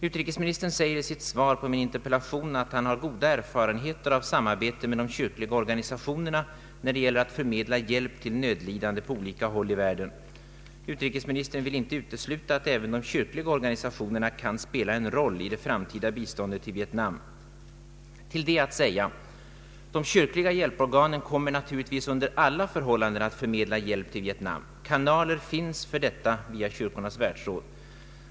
Utrikesministern säger i sitt svar på min interpellation att han har goda erfarenheter av samarbetet med de kyrkliga organisationerna när det gäller att förmedla hjälp till de nödlidande på olika håll i världen. Utrikesministern vill inte utesluta att även de kyrkliga organisationerna kan spela en roll i det framtida biståndet till Vietnam. Till detta är att säga: De kyrkliga hjälporganen kommer givetvis under alla förhållanden att förmedla hjälp till Vietnam. Kanaler för denna finns via Kyrkornas Världsråd.